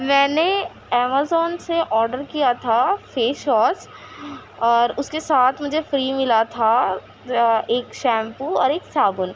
میں نے امیزون سے آڈر کیا تھا فیش واس اور اس کے ساتھ مجھے فری ملا تھا ایک شیمپور اور ایک صابن